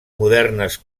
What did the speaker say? modernes